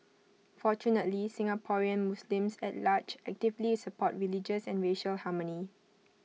fortunately Singaporean Muslims at large actively support religious and racial harmony